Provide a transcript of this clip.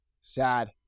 Sad